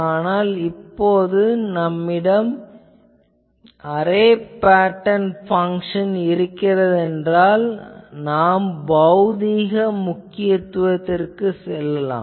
ஆனால் இப்போது நம்மிடம் அரே பேட்டர்ன் பங்ஷன் இருக்கிறதென்றால் நாம் பௌதீக முக்கியத்துவத்திற்கு செல்லலாம்